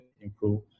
improve